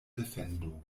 defendo